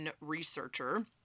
researcher